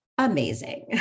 Amazing